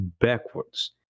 backwards